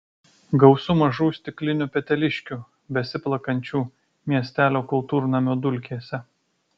gausu mažų stiklinių peteliškių besiplakančių miestelio kultūrnamio dulkėse